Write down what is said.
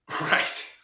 Right